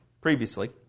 previously